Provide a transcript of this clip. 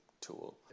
tool